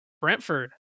Brentford